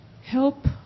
help